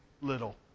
little